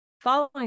Following